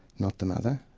not the mother,